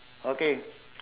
okay